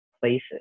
places